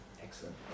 Excellent